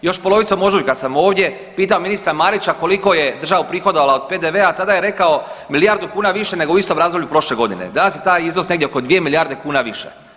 Još polovicom ožujka sam ovdje pitao ministra Marića koliko je država uprihodovala od PDV-a, tada je rekao milijardu kuna više nego u istom razdoblju prošle godine, danas je taj iznos negdje oko 2 milijarde kuna više.